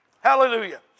Hallelujah